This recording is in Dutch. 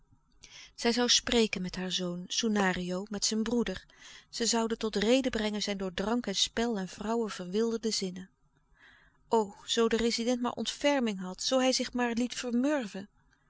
zij zoû spreken met haar zoon soenario met zijn broeder zij zouden tot rede brengen zijn door drank en spel en vrouwen verwilderde zinnen o zoo de rezident maar ontferming had zoo hij zich maar liet